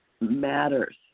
Matters